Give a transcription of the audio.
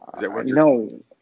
no